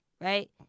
Right